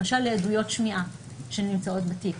למשל לעדויות שמיעה שנמצאות בתיק,